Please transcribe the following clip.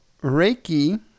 Reiki